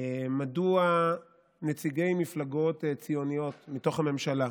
מדוע נציגי מפלגות ציוניות מתוך הממשלה,